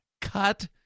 Cut